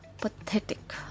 pathetic